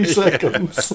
seconds